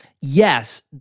yes